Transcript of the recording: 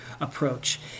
approach